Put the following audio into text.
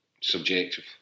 Subjective